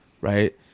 Right